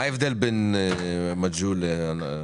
מה ההבדל בין מג'הול לבין תמרים מזנים אחרים?